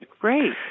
Great